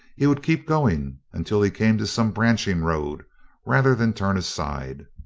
he would keep going until he came to some branching road rather than turn aside.